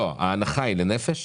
לא, ההנחה היא לנפש?